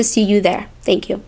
to see you there thank you